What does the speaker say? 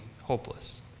hopeless